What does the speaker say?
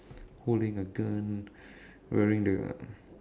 holding a gun wearing the